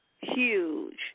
huge